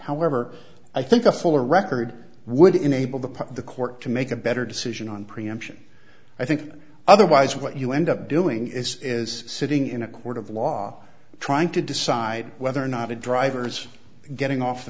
however i think a fuller record would enable the part of the court to make a better decision on preemption i think otherwise what you end up doing is is sitting in a court of law trying to decide whether or not a drivers getting off the